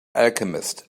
alchemist